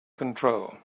control